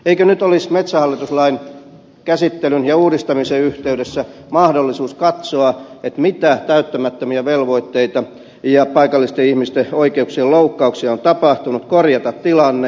eikö nyt olisi metsähallituslain käsittelyn ja uudistamisen yhteydessä mahdollisuus katsoa mitä täyttämättömiä velvoitteita ja paikallisten ihmisten oikeuksien loukkauksia on tapahtunut korjata tilanne